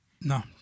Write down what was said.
No